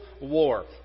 war